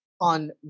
on